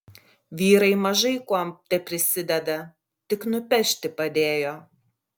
vyrai mažai kuom teprisideda tik nupešti padėjo